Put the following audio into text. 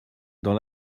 dans